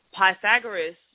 Pythagoras